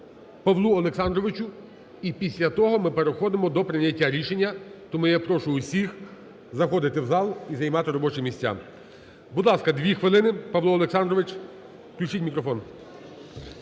Павлу Олександровичу, і після того ми переходимо до прийняття рішення. Тому я прошу всіх заходити в зал і займати робочі місця. Будь ласка, 2 хвилини, Павло Олександрович. Включіть мікрофон.